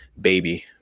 baby